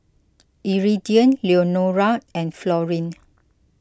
Iridian Leonora and Florine